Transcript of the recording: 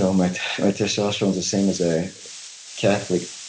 so my testosterone is the same as a catholic